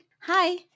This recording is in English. Hi